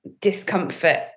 discomfort